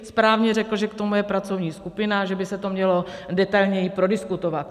Správně řekl, že k tomu je pracovní skupina a že by se to mělo detailněji prodiskutovat.